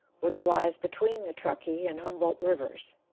which lies between the truckee and humboldt rivers.